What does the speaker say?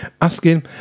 asking